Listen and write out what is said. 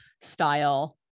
style